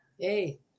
Hey